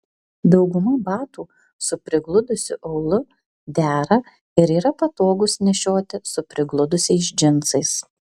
dauguma batų su prigludusiu aulu dera ir yra patogūs nešioti su prigludusiais džinsais